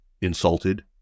Insulted